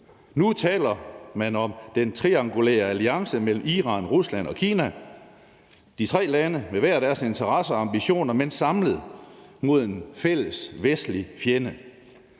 Nu taler man om den triangulære alliance mellem Iran, Rusland og Kina – tre lande med hver deres interesser og ambitioner, men samlet mod en fælles vestlig fjende.